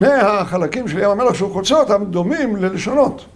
והחלקים של ים המלח שהוא חוצה אותם דומים ללשונות.